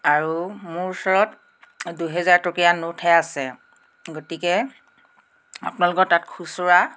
আৰু মোৰ ওচৰত দুহেজাৰ টকীয়া নোটহে আছে গতিকে আপোনালোকৰ তাত খুচৰা